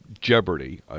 Jeopardy